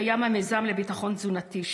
קיים המיזם לביטחון תזונתי,